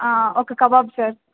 ఒక kebab sir